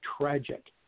tragic